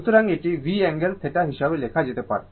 সুতরাং এটি V angle θ হিসাবে লেখা যেতে পারে